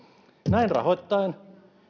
näin rahoittaen